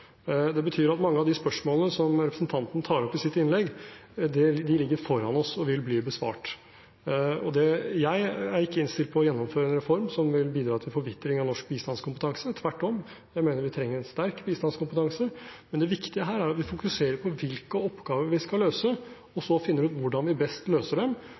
Det betyr at mange av de spørsmålene som representanten tar opp i sitt innlegg, ligger foran oss og vil bli besvart, og jeg er ikke innstilt på å gjennomføre en reform som vil bidra til forvitring av norsk bistandskompetanse. Tvert om, jeg mener vi trenger en sterk bistandskompetanse. Men det viktige her er at vi fokuserer på hvilke oppgaver vi skal løse, og så finner ut hvordan vi best løser dem,